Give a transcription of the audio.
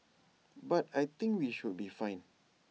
but I think we should be fine